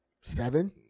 Seven